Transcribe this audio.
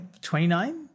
29